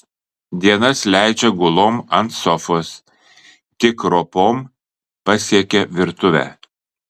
dienas leidžia gulom ant sofos tik ropom pasiekia virtuvę